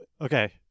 okay